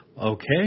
Okay